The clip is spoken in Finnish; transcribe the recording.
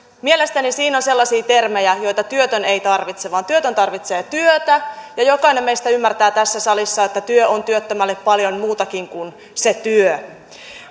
mielestäni siinä on sellaisia termejä joita työtön ei tarvitse nimittäin työtön tarvitsee työtä ja jokainen meistä tässä salissa ymmärtää että työ on työttömälle paljon muutakin kuin se työ